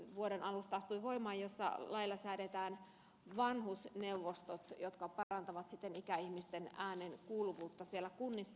vuoden alusta astui voimaan vanhuslaki jossa lailla säädetään vanhusneuvostot jotka parantavat sitten ikäihmisten äänen kuuluvuutta siellä kunnissa